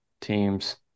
teams